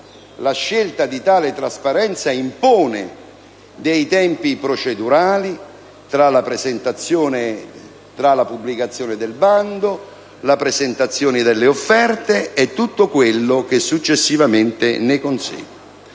la scelta di tale trasparenza impone dei tempi procedurali, tra la pubblicazione del bando, la presentazione delle offerte, e tutto ciò che successivamente ne consegue.